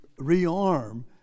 rearm